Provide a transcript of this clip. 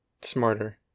smarter